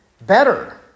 better